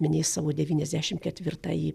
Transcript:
minės savo devyniasdešim ketvirtąjį